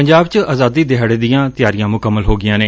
ਪੰਜਾਬ ਚ ਆਜ਼ਾਦੀ ਦਿਹਾੜੇ ਦੀਆਂ ਤਿਆਰੀਆਂ ਮੁਕੰਮਲ ਹੋ ਗਈਆਂ ਨੇ